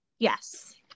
Yes